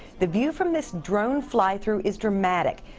the view from this drone flythrough is dramatic.